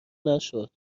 نشد